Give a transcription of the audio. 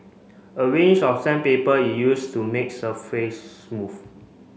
a range of sandpaper is used to make surface smooth